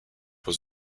was